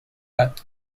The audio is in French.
matt